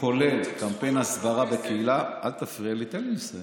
כולל קמפיין הסברה בקהילה, לא פירורים של זכויות.